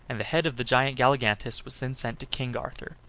and the head of the giant galligantus was then sent to king arthur.